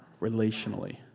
relationally